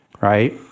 Right